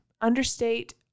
understate